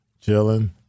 chilling